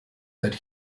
that